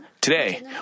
today